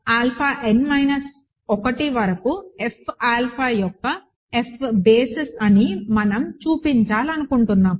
alpha n minus 1 వరకు F alpha యొక్క F basis అని మనం చూపించాలనుకుంటున్నాము